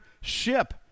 ship